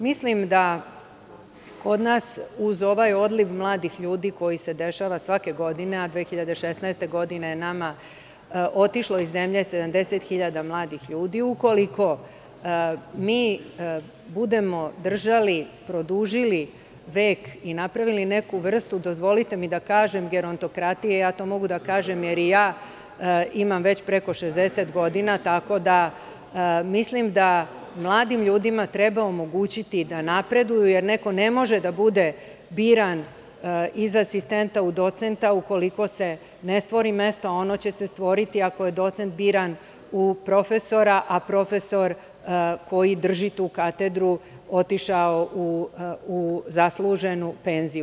Mislim da kod nas uz ovaj odliv mladih ljudi, koji se dešava svake godine, a 2016. godine je nama otišlo iz zemlje 70.000 mladih ljudi, ukoliko mi budemo držali, produžili vek i napravili neku vrstu, dozvolite mi da kažem, gerontokratije, to mogu da kažem jer i ja imam već preko 60 godina, mislim da mladim ljudima treba omogućiti da napreduju, jer neko ne može da bude biran iz asistenta u docenta, ukoliko se ne stvori mesto, ono će se stvoriti ako je docent biran u profesora, a profesor koji drži tu katedru je otišao u penziju.